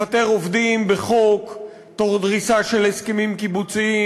לפטר עובדים בחוק תוך דריסה של הסכמים קיבוציים,